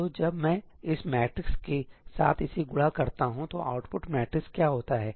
तो जब मैं इस मैट्रिक्स के साथ इसे गुणा करता हूं तो आउटपुट मैट्रिक्स क्या होता है